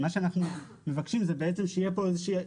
אמרתי, זה היה פה אחד.